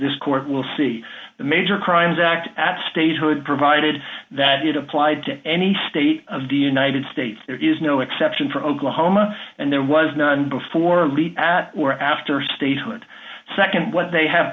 this court will see the major crimes act at statehood provided that it applied to any state of the united states there is no exception for oklahoma and there was none before lead at or after statehood nd what they have